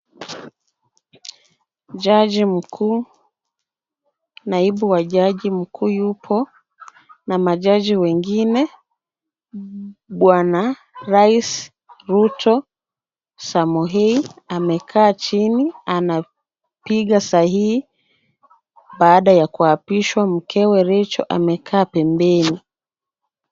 Jaji mkuu, naibu wa jaji mkuu yupo na majaji wengine. Bwana rais Ruto Samoe amekaa chini, anapiga sahihi baada ya kuapishwa. Mkewe Rachael amekaa pembeni.